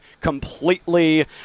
completely